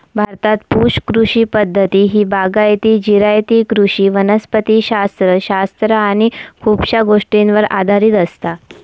भारतात पुश कृषी पद्धती ही बागायती, जिरायती कृषी वनस्पति शास्त्र शास्त्र आणि खुपशा गोष्टींवर आधारित असता